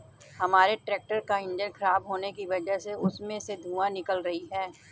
हमारे ट्रैक्टर का इंजन खराब होने की वजह से उसमें से धुआँ निकल रही है